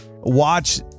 watch